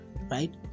right